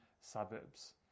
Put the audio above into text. suburbs